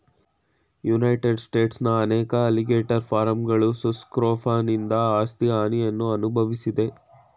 United ಸ್ಟೇಟ್ಸ್ನ ಅನೇಕ alligator ಫಾರ್ಮ್ಗಳು ಸುಸ್ ಸ್ಕ್ರೋಫನಿಂದ ಆಸ್ತಿ ಹಾನಿಯನ್ನು ಅನ್ಭವ್ಸಿದೆ